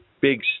big